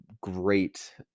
great